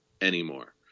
anymore